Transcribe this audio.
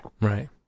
Right